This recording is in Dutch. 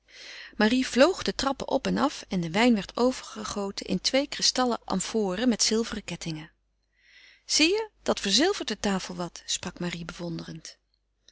marie vloog de trappen op en af en de wijn werd overgegoten in twee kristallen amforen met zilveren kettingen zie je dat verzilvert de tafel wat sprak marie bewonderend